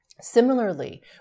Similarly